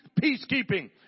peacekeeping